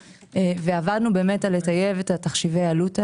ועבדנו על טיוב תחשיבי העלות האלה.